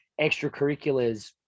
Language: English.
extracurriculars